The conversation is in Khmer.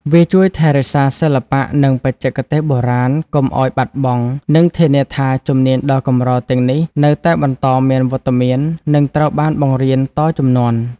វាជួយថែរក្សាសិល្បៈ និងបច្ចេកទេសបុរាណកុំឲ្យបាត់បង់ និងធានាថា ជំនាញដ៏កម្រ ទាំងនេះនៅតែបន្តមានវត្តមាន និងត្រូវបានបង្រៀនតជំនាន់។